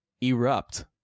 erupt